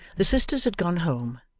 the sisters had gone home,